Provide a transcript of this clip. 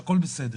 הכול בסדר,